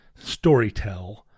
storytell